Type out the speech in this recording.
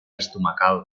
estomacal